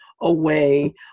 away